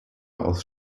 aus